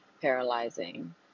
paralyzing